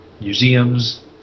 museums